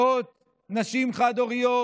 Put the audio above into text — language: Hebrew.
מאות נשים חד-הוריות,